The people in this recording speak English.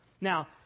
Now